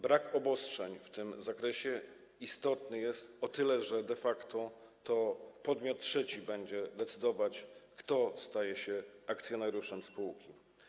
Brak obostrzeń w tym zakresie istotny jest o tyle, że de facto to podmiot trzeci będzie decydować, kto staje się akcjonariuszem spółki.